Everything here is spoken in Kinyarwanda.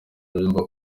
byumba